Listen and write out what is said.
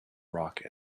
rock